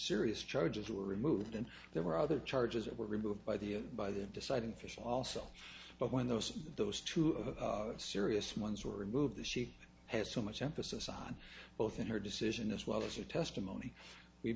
serious charges were removed and there were other charges that were removed by the by the deciding fish also but when those those two of the serious months were removed the sea has so much emphasis on both in her decision as well as her testimony we